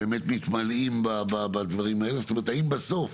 האם בסוף